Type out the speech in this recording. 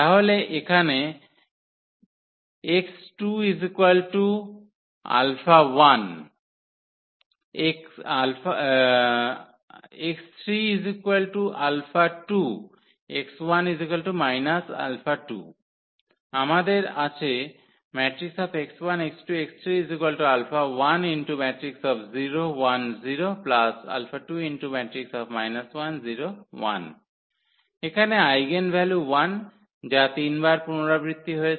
তাহলে এখানে আমাদের আছে এখানে আইগেনভ্যালু 1 যা 3 বার পুনরাবৃত্তি হয়েছে